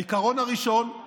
העיקרון הראשון הוא